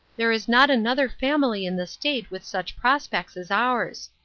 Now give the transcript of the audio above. there is not another family in the state with such prospects as ours.